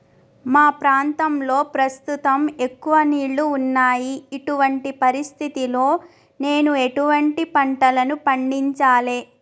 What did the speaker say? మా ప్రాంతంలో ప్రస్తుతం ఎక్కువ నీళ్లు ఉన్నాయి, ఇటువంటి పరిస్థితిలో నేను ఎటువంటి పంటలను పండించాలే?